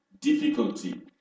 difficulty